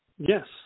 Yes